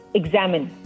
examine